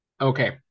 okay